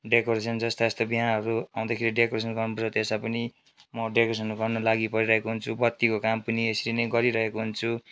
decoration जस्ता यस्ता बिहेहरू आउँदा डेकोरेसनहरू गर्नु पर्छ त्यसमा पनि म डेकोरेसन गर्नु लागि परिरहेको हुन्छु बत्तीको काम पनि यसरी नै गरिरहेको हुन्छु